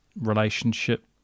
relationship